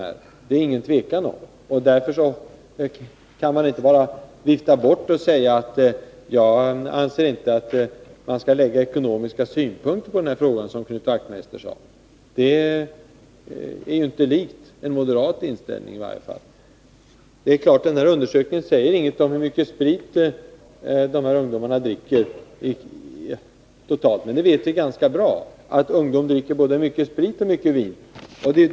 Därför kan man inte, som Knut Wachtmeister, vifta bort det hela och säga att man inte bör anlägga ekonomiska synpunkter på frågan. Det liknar i varje fall inte en moderat inställning. Det är klart att undersökningen inte säger något om hur mycket sprit ungdomarna dricker, men vi vet mycket väl att ungdom dricker både mycket sprit och mycket vin.